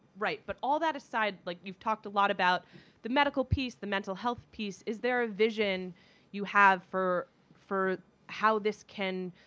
right but all that aside like you've talked a lot about the medical piece, the mental health piece, is there a vision you have for for how this can